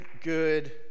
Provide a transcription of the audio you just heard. good